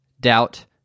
doubt